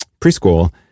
preschool